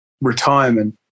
retirement